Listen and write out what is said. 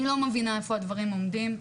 אני לא מבינה איפה הדברים עומדים.